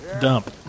dump